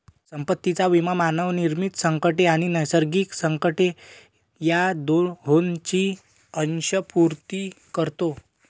संपत्तीचा विमा मानवनिर्मित संकटे आणि नैसर्गिक संकटे या दोहोंची अंशपूर्ती करतो